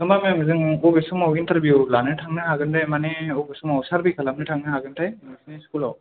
होनबा मेम जों बबे समाव इन्टारभिउ लानो थांनो हागोनथाय माने बबे समाव सारभे खालामनो थांनो हागोनथाय नोंसोरनि स्कुलाव